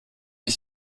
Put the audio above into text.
ich